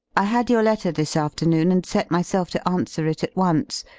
i had your letter this afternoon and set myself to answer it at once.